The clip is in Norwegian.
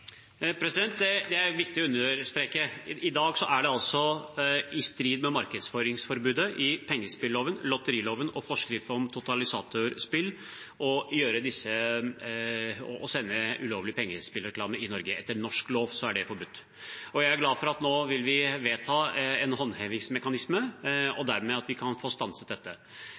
Det er viktig å understreke: I dag er det altså i strid med markedsføringsforbudet i pengespilloven, lotteriloven og forskrift om totalisatorspill å sende ulovlig pengespillreklame i Norge. Det er forbudt etter norsk lov. Og jeg er glad for at vi nå vil vedta en håndhevingsmekanisme, og at vi dermed kan få stanset dette.